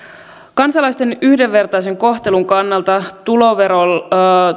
kansalaisten yhdenvertaisen kohtelun kannalta tuloverolain